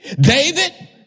David